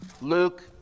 Luke